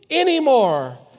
anymore